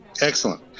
Excellent